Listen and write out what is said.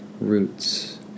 roots